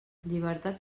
llibertat